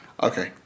Okay